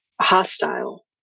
hostile